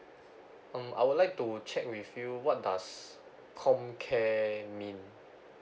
um I would like to check with you what does com care means